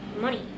money